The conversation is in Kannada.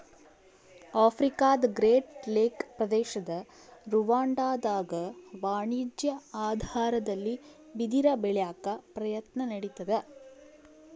ಆಫ್ರಿಕಾದಗ್ರೇಟ್ ಲೇಕ್ ಪ್ರದೇಶದ ರುವಾಂಡಾದಾಗ ವಾಣಿಜ್ಯ ಆಧಾರದಲ್ಲಿ ಬಿದಿರ ಬೆಳ್ಯಾಕ ಪ್ರಯತ್ನ ನಡಿತಾದ